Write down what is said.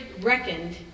reckoned